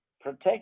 protect